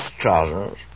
trousers